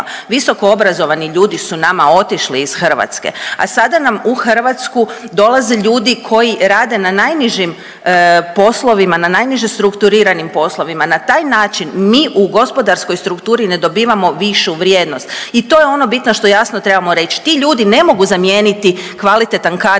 Visokoobrazovani ljudi su nama otišli iz Hrvatske, a sada nam u Hrvatsku dolaze ljudi koji rade na najnižim poslovima, na najniže strukturiranim poslovima. Na taj način mi u gospodarskoj strukturi ne dobivamo višu vrijednost i to je ono bitno što jasno trebamo reći. Ti ljudi ne mogu zamijeniti kvalitetan kadar